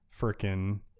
freaking